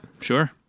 sure